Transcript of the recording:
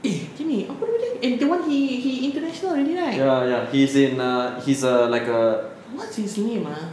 eh ini apa nama dia eh that one he he international already right what's his name ah